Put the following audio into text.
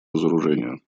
разоружению